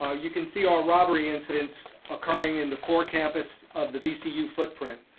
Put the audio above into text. ah you can see our robbery incidents occurring in the core campus of the vcu footprint.